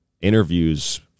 Interviews